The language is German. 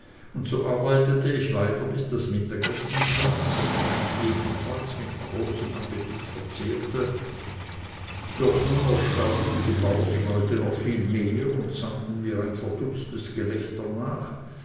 und so arbeitete ich weiter bis das mittagessen kam welches ich ebenfalls mit großem appetit verzehrte doch nun erstaunten die bauersleute noch viel mehr und sandten mir ein verdutztes gelächter nach